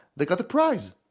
they got a prize!